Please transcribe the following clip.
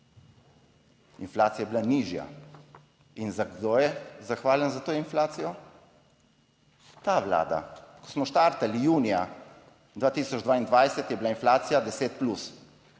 Inflacija je bila nižja in za kdo je zahvalen za to inflacijo? Ta Vlada, ko smo štartali junija 2022 je bila inflacija 10